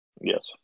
Yes